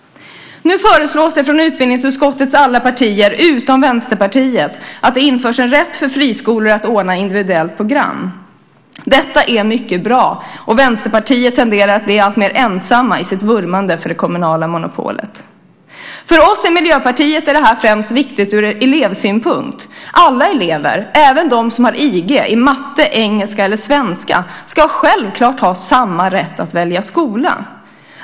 Nu föreslås det från utbildningsutskottets alla partier utom Vänsterpartiet att det införs en rätt för friskolor att ordna individuellt program. Detta är mycket bra, och Vänsterpartiet tenderar att bli alltmer ensamt i sitt vurmande för det kommunala monopolet. För oss i Miljöpartiet är det viktigt främst ur elevsynpunkt. Alla elever, även de som har IG i matte, engelska eller svenska, ska självklart ha samma rätt att välja skola.